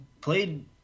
played